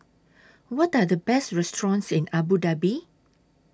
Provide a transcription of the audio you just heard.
What Are The Best restaurants in Abu Dhabi